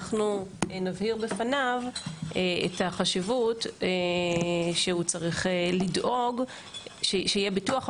אנחנו נבהיר בפניו שהוא צריך לדאוג שיהיה ביטוח.